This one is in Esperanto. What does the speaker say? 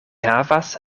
havas